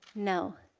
no.